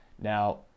Now